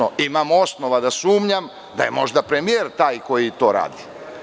Imam osnova da sumnjam da je možda premijer taj koji to radi.